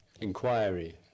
inquiry